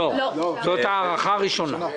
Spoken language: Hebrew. לא, זו הארכה ראשונה.